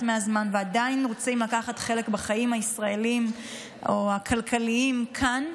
מהזמן ועדיין רוצים לקחת חלק בחיים הישראליים או הכלכליים כאן,